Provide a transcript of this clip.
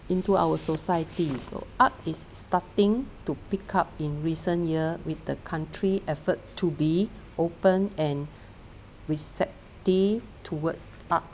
into our society so art is starting to pick up in recent years with the country effort to be open and receptive towards arts